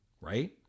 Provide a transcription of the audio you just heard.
right